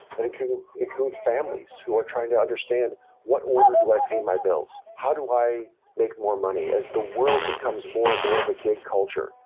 and it can include families who are trying to understand what order do i pay my bills? how do i make more money, as the world becomes more and more of a gig culture?